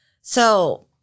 so-